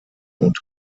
und